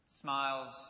Smiles